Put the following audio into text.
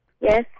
Yes